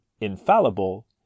infallible